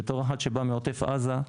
בתור אחד שבא מעוטף עזה,